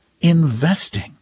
investing